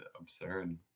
absurd